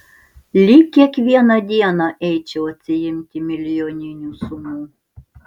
lyg kiekvieną dieną eičiau atsiimti milijoninių sumų